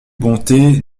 bonté